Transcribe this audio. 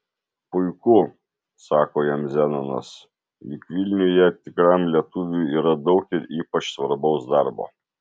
puiku sako jam zenonas juk vilniuje tikram lietuviui yra daug ir ypač svarbaus darbo